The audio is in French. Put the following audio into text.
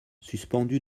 suspendu